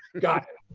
got it.